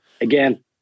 again